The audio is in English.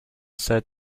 said